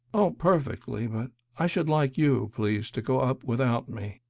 oh, perfectly. but i should like you, please, to go up without me.